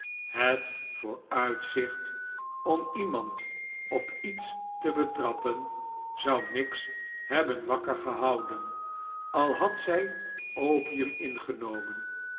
het vooruitzicht on iemand op iets te betrappen zou miggs hebben wakker gehouden al had zij opium ingenomen